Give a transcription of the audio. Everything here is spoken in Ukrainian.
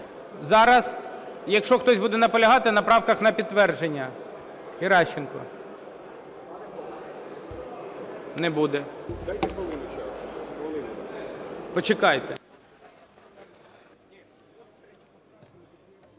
Зараз, якщо хтось буде наполягати на правках на підтвердження. Геращенко. (Шум у залі)